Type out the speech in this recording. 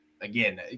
Again